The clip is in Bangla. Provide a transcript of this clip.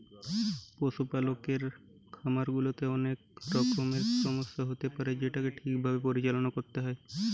পশুপালকের খামার গুলাতে অনেক রকমের সমস্যা হতে পারে যেটোকে ঠিক ভাবে পরিচালনা করতে হয়